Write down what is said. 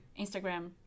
Instagram